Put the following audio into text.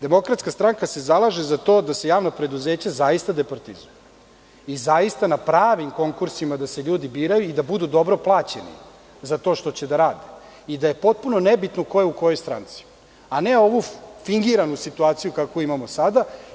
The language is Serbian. Demokratska stranka se zalaže za to da se javna preduzeća zaista departizuju i zaista na pravim konkursima da se ljudi biraju i da budu dobro plaćeni za to što će da rade, i da je potpuno nebitno ko je u kojoj stranci, a ne ovu fingiranu situaciju kakvu imamo sada.